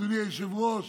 אדוני היושב-ראש,